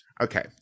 Okay